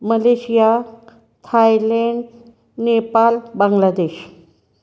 Malaysia Thailand Nepal Bangladesh